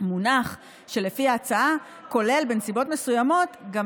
מונח שלפי ההצעה כולל בנסיבות מסוימות גם